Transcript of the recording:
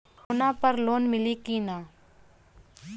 सोना पर लोन मिली की ना?